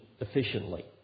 Efficiently